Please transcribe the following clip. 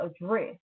address